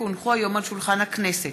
כי הונחו היום על שולחן הכנסת,